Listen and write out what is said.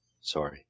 Sorry